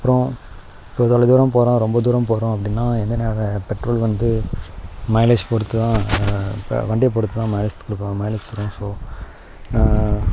அப்புறம் இப்போ தொலைதூரம் போகிறோம் ரொம்ப தூரம் போகிறோம் அப்படினா எந்த நேரம் பெட்ரோல் வந்து மைலேஜ் பொறுத்துதான் இப்போ வண்டியைப் பொறுத்துதான் மைலேஜ் கொடுக்கும் மைலேஜ் கொடுக்கும் ஸோ